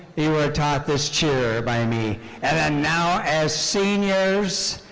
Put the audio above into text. you were taught this cheer by me and then now as seniors,